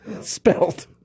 spelled